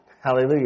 Hallelujah